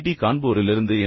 D கான்பூரிலிருந்து என்